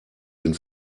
den